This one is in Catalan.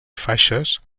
faixes